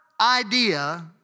idea